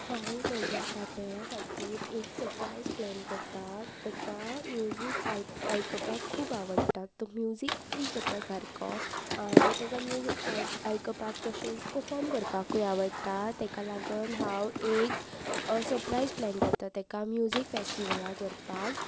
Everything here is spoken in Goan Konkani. हांव म्हज्या पार्टनरा खातीर एक सरप्रायज प्लॅन करता ताका म्युजीक आय आयकपाक खूब आवडटा तो म्युजीक फ्रीक कसो सारको आनी ताका म्युजीक आय आयकपाक तशेंच पफोम करपाकूय आवडटा तेका लागन हांव एक सर्प्रायज प्लॅन करता तेका म्युजीक फेस्टीवला व्हरपाक